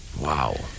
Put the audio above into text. Wow